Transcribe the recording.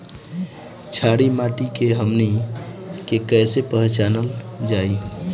छारी माटी के हमनी के कैसे पहिचनल जाइ?